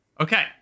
Okay